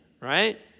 right